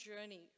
journey